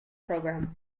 program